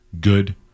good